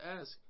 ask